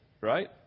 right